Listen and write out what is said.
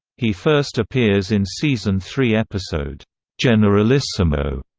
he first appears in season three episode generalissimo,